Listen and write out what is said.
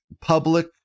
public